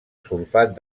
sulfat